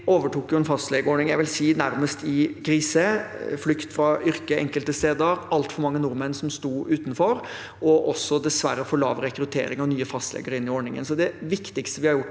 Vi overtok en fastlegeordning nærmest – jeg vil si – i krise: flukt fra yrket enkelte steder, altfor mange nordmenn som sto utenfor, og også dessverre for lav rekruttering av nye fastleger inn i ordningen.